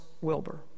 Wilbur